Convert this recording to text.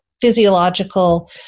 physiological